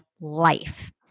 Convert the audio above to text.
life